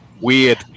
Weird